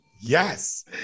Yes